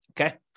Okay